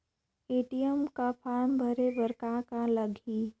ATM form भरे समय कौन का लगेल?